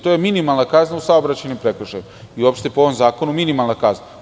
To je minimalna kazna u saobraćajnom prekršaju i uopšte po ovom zakonu minimalna kazna.